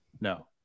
No